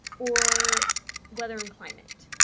or weather and climate,